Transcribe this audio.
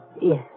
Yes